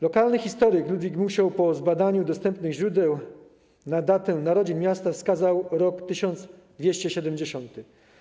Lokalny historyk Ludwik Musioł po zbadaniu dostępnych źródeł na datę narodzin miasta wskazał rok 1270.